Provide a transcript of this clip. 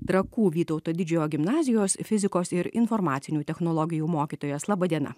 trakų vytauto didžiojo gimnazijos fizikos ir informacinių technologijų mokytojas laba diena